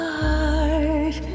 heart